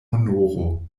honoro